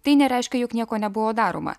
tai nereiškia jog nieko nebuvo daroma